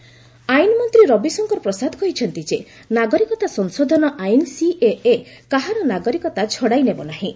ପ୍ରସାଦ interview ଆଇନମନ୍ତ୍ରୀ ରବିଶଙ୍କର ପ୍ରସାଦ କହିଛନ୍ତି ଯେ ନାଗରିକତା ସଂଶୋଧନ ଆଇନ ସିଏଏ କାହାର ନାଗରିକତା ଛଡ଼ାଇ ନେବନାହିଁ